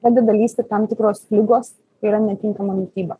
pradeda lįsti tam tikros ligos yra netinkama mityba